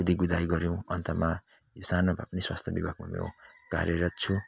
कुदिकुदाई गऱ्यौँ अन्तमा यो सानो भए पनि स्वास्थ्य विभागमा म कार्यरत छु